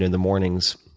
and the mornings,